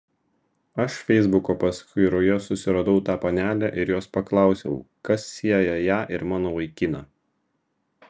aš feisbuko paskyroje susiradau tą panelę ir jos paklausiau kas sieja ją ir mano vaikiną